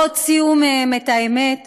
לא הוציאו מהם את האמת,